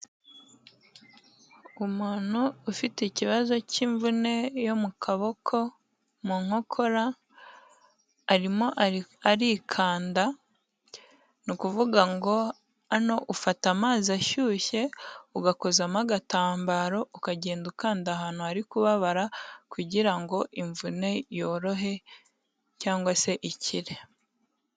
Umuntu ufite ikibazo cy'imvune yo mu kaboko mu nkokora, arimo arikanda, ni ukuvuga ngo hano ufata amazi ashyushye ugakozamo agatambaro, ukagenda ukanda ahantu hari kubabara kugira ngo imvune yorohe cyangwa se ikire.